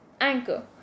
Anchor